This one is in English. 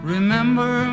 Remember